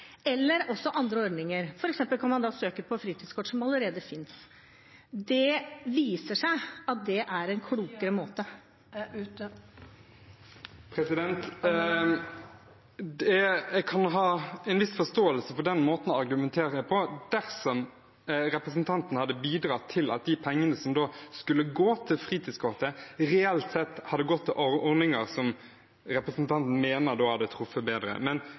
eller også andre ordninger. For eksempel kan man da søke på fritidskort som allerede finnes. Det viser seg at det er en klokere måte. Jeg kunne hatt en viss forståelse for den måten å argumentere på dersom representanten hadde bidratt til at de pengene som skulle gå til fritidskortet, reelt sett hadde gått til ordninger som representanten mener hadde truffet bedre. Men